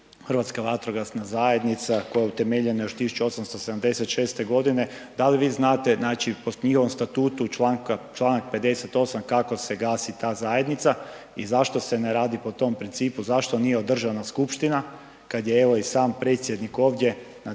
Hrvatska vatrogasna zajednica koja je utemeljena još 1876.g., da li vi znate, znači po njihovom Statutu, čl. 58., kako se gasi ta zajednica i zašto se ne radi po tom principu, zašto nije održana skupština kad je evo i sam predsjednik ovdje na ovoj